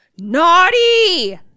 naughty